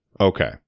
Okay